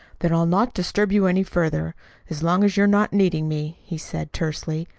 then i'll not disturb you any further as long as you're not needing me, he said tersely.